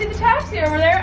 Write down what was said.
and taxi over